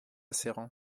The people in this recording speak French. serrant